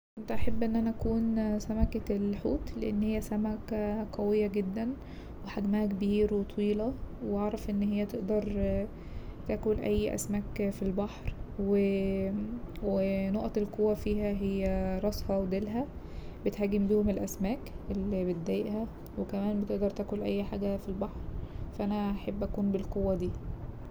كنت هحب ان انا اكون سمكة الحوت لأن هي سمكة قوية جدا وحجمها كبير وطويلة واعرف ان هي تقدر تاكل اي أسماك في البحر و- و نقط القوة فيها رأسها وديلها بتهاجم بيهم الاسماك اللي بتضايقها وكمان بتقدر تاكل اي حاجة في البحر فا انا هحب اكون بالقوة دي.